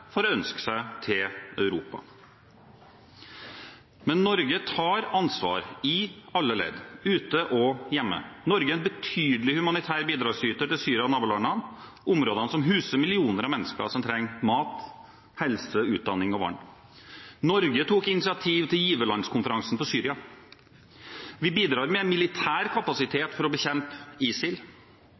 for å ønske seg til Europa. Men Norge tar ansvar i alle ledd, ute og hjemme. Norge er en betydelig humanitær bidragsyter til Syria og nabolandene, områdene som huser millioner av mennesker som trenger mat, helse, utdanning og vann. Norge tok initiativ til giverlandskonferansen for Syria. Vi bidrar med militær kapasitet for å bekjempe ISIL,